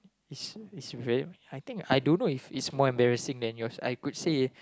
is is very I think I don't know if it's more embarrassing than yours I could say